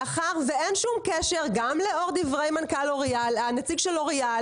מאחר ואין שום קשר גם לאור דברי הנציג של לוריאל